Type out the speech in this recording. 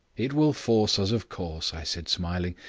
it will force us of course, i said, smiling.